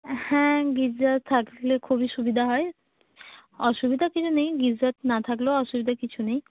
হ্যাঁ গিজার থাকলে খুবই সুবিধা হয় অসুবিধা কিছু নেই গিজার না থাকলেও অসুবিধা কিছু নেই